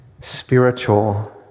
spiritual